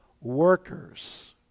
workers